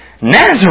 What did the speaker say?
Nazareth